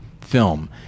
film